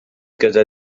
gyda